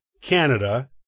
Canada